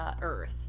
Earth